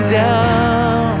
down